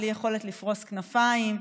בלי יכולת לפרוש כנפיים,